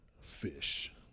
fish